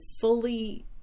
fully